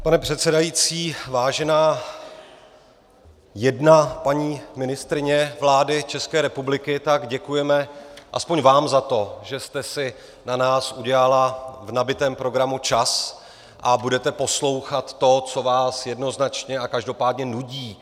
Pane předsedající, vážená jedna paní ministryně vlády České republiky, tak děkujeme alespoň vám za to, že jste si na nás udělala v nabitém programu čas a budete poslouchat to, co vás jednoznačně a každopádně nudí.